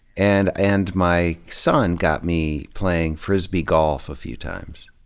and and my son got me playing frisbee golf a few times.